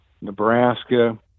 Nebraska